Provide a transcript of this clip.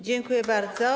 Dziękuję bardzo.